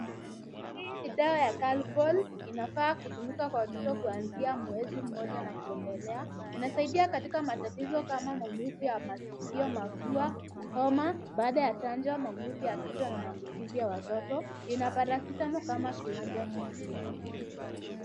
Hii ni dawa ya Calpol, inafaa kutumika kwa watoto kuanzia mwezi 1 na kuendelea. Inasaidia katika matatizo kama maumivu ya masikio, homa, baada ya chanjo, maumivu ya kichwa na maambukizi ya watoto. Ina paracetamol kama kiwanja kikuu.